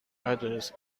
others